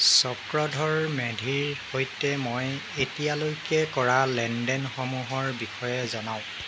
চক্ৰধৰ মেধিৰ সৈতে মই এতিয়ালৈকে কৰা লেনদেনসমূহৰ বিষয়ে জনাওক